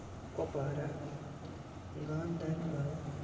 Kupwara Ganderbal